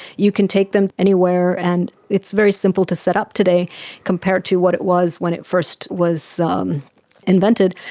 you can take them anywhere and it's very simple to set up today compared to what it was when it first was um invented.